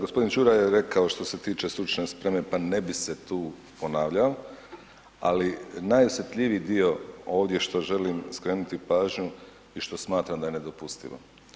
Gospodin Čuraj je rekao što se tiče stručne spreme, pa ne bi se tu ponavljao, ali najosjetljiviji dio ovdje što želim skrenuti pažnju i što smatram da je nedopustivo.